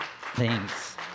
thanks